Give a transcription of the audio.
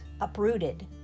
uprooted